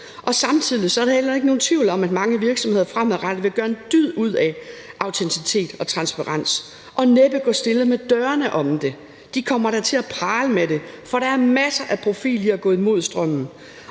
Samtidig er der heller ikke nogen tvivl om, at mange virksomheder fremadrettet vil gøre en dyd ud af autenticitet og transparens og næppe gå stille med dørene om det. De kommer da til at prale med det, for der er masser af profil i at gå imod strømmen.